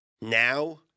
now